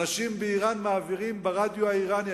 אנשים באירן מעבירים ברדיו האירני,